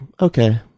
okay